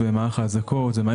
דבר שני שצריך לזכור,